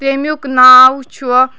تٔمیُک ناو چھُ